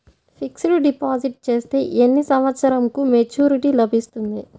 Fixed deposit చేస్తే ఎన్ని సంవత్సరంకు మెచూరిటీ లభిస్తుంది?